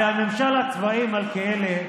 הרי הממשל הצבאי הסתיים, מלכיאלי.